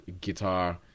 guitar